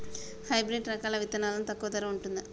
Hybrid రకాల విత్తనాలు తక్కువ ధర ఉంటుందా?